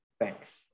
Thanks